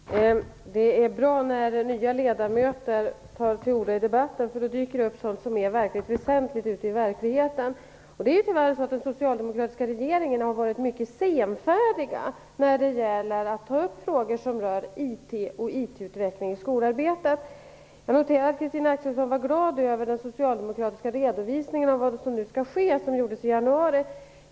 Herr talman! Det är bra när nya ledamöter tar till orda i debatten, för då dyker det upp sådant som är väsentligt ute i verkligheten. Den socialdemokratiska regeringen har varit mycket senfärdig när det gäller att ta upp frågor som rör IT och IT-utveckling i skolarbetet. Jag noterar att Christina Axelsson var glad över den socialdemokratiska redovisningen av vad som nu skall ske, som gjordes i januari.